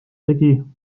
tegi